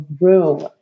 room